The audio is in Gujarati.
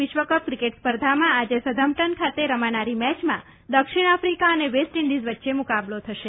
વિશ્વકપ ક્રિકેટ સ્પર્ધામાં આજે સધમ્પટન ખાતે રમાનારી મેચમાં દક્ષિણ આફ્રિકા અને વેસ્ટ ઈન્ડિઝ વચ્ચે મુકાબલો થશે